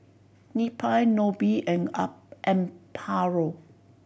Neppie Nobie and Amparo